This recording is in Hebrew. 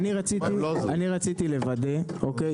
אני רציתי לוודא, אוקיי?